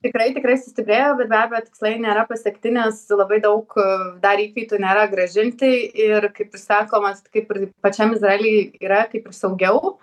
tikrai tikrai sustiprėjo bet be abejo tikslai nėra pasiekti nes labai daug dar įkaitų nėra grąžinti ir kaip ir sakomas kaip ir pačiam izraely yra kaip ir saugiau